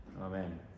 Amen